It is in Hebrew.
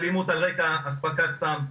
אלימות על רקע אספקת סם,